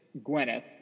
Gwyneth